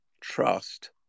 trust